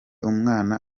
umwana